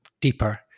deeper